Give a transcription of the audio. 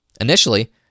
Initially